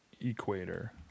equator